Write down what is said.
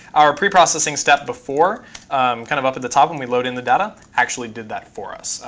our pre-processing step before kind of up at the top when we load in the data actually did that for us.